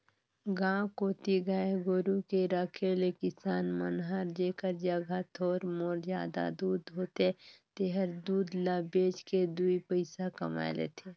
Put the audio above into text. गांव कोती गाय गोरु के रखे ले किसान मन हर जेखर जघा थोर मोर जादा दूद होथे तेहर दूद ल बेच के दुइ पइसा कमाए लेथे